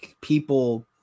people